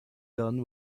done